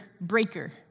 breaker